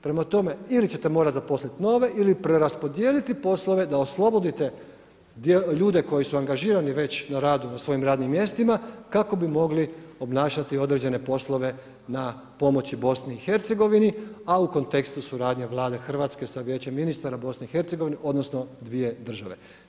Prema tome, ili ćete zaposliti nove ili preraspodijeliti poslove da oslobodite ljude koji su angažirani već na radu na svojim radnim mjestima kako bi mogli obnašati određene poslove na pomoći BIH, a u kontekstu suradnje Vlade RH sa Vijećem ministara BIH odnosno dvije države.